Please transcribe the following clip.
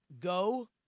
go